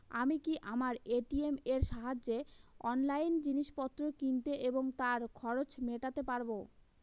আমি কি আমার এ.টি.এম এর সাহায্যে অনলাইন জিনিসপত্র কিনতে এবং তার খরচ মেটাতে পারব?